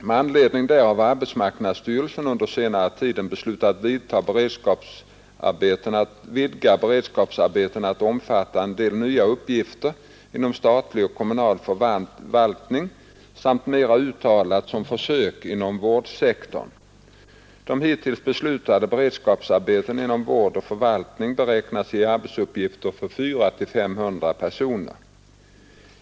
Med anledning härav har arbetsmarknadsstyrelsen under den senaste tiden beslutat vidga beredskapsarbetena att omfatta en del nya uppgifter inom statlig och kommunal förvaltning samt — mera uttalat som försök — inom vårdsektorn. De hittills beslutade beredskapsarbetena inom vård och förvaltning beräknas ge arbetsuppgifter för 400—500 personer.